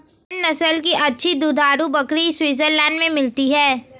Saanen नस्ल की अच्छी दुधारू बकरी स्विट्जरलैंड में मिलती है